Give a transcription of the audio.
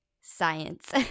science